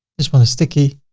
just want a sticky.